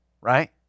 right